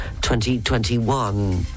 2021